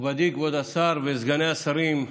מכובדיי כבוד השר וסגני השרים,